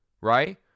right